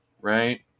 right